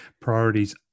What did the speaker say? priorities